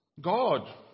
God